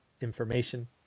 information